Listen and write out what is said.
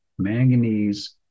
manganese